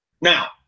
Now